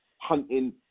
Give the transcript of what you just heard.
hunting